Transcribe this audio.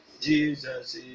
Jesus